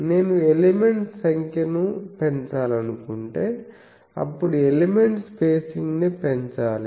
నేను ఎలిమెంట్స్ సంఖ్యను పెంచాలనుకుంటే అప్పుడు ఎలిమెంట్ స్పేసింగ్ ని పెంచాలి